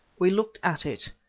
we looked at it.